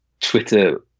Twitter